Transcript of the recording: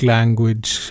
Language